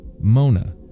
Mona